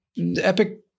epic